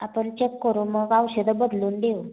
आपण चेक करू मग औषधं बदलून देऊ